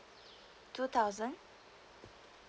two thousand